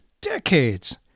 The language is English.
decades